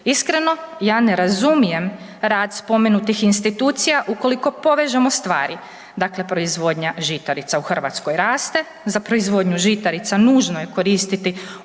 Iskreno, ja ne razumijem rad spomenutih institucija ukoliko povežemo stvari, dakle proizvodnja žitarica u Hrvatskoj raste, za proizvodnju žitarica nužno je koristiti